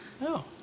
No